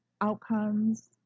outcomes